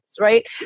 right